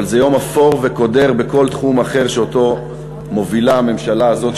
אבל זה יום אפור וקודר בכל תחום אחר שמובילה הממשלה הזאת,